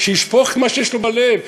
שישפוך את מה שיש לו בלב.